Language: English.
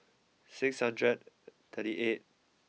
six hundred thirty eight